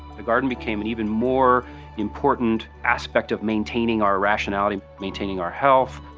the garden became an even more important aspect of maintaining our rationality, maintaining our health.